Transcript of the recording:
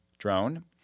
Drone